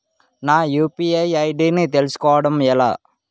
నా UPI ID ని తెలుసుకోవడం ఎలా?